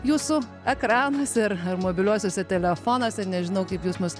jūsų ekranas ir mobiliuosiuose telefonuose nežinau kaip jūs mus